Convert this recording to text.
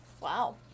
Wow